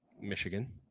Michigan